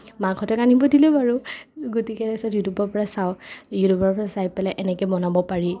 মাহঁতক আনিব দিলো বাৰু গতিকে তাৰপাছত ইউটিউবৰপৰা চাওঁ ইউটিউবৰপৰা চাই পেলাই এনেকৈ বনাব পাৰি